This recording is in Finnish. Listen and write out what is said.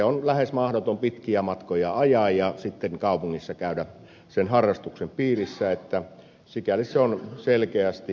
on lähes mahdotonta pitkiä matkoja ajaa ja sitten kaupungissa käydä sen harrastuksen piirissä että sikäli se on selkeästi eriarvoistava